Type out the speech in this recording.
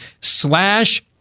slash